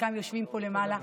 חלקם יושבים פה למעלה,